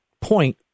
point